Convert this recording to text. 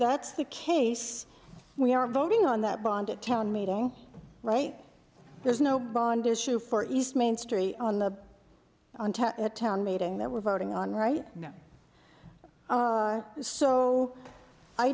that's the case we are voting on that bond it town meeting right there's no bond issue for east main street on the town meeting that we're voting on right now so i